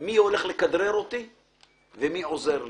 מי הולך לכדרר אותי ומי עוזר לי.